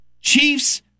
Chiefs